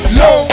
low